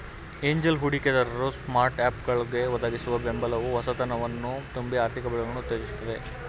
angel ಹೂಡಿಕೆದಾರರು ಸ್ಟಾರ್ಟ್ಅಪ್ಗಳ್ಗೆ ಒದಗಿಸುವ ಬೆಂಬಲವು ಹೊಸತನವನ್ನ ತುಂಬಿ ಆರ್ಥಿಕ ಬೆಳವಣಿಗೆಯನ್ನ ಉತ್ತೇಜಿಸುತ್ತೆ